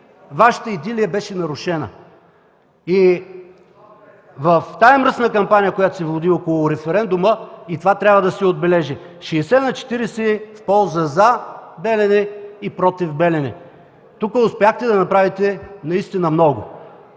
Вашата идилия беше нарушена! В тази мръсна кампания, която се води около референдума, и това трябва да се отбележи: 60 на 40 – в полза, за „Белене” и против „Белене”. Тук успяхте да направите наистина много.